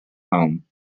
home